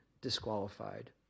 disqualified